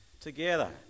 Together